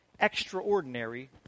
extraordinary